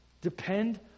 Depend